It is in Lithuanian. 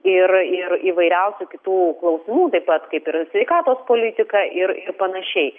ir ir įvairiausių kitų klausimų taip pat kaip ir sveikatos politika ir panašiai